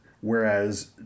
whereas